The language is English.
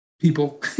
People